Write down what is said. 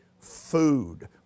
food